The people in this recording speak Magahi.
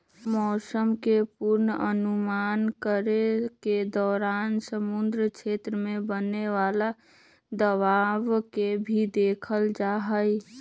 मौसम के पूर्वानुमान करे के दौरान समुद्री क्षेत्र में बने वाला दबाव के भी देखल जाहई